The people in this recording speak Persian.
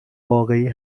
واقعی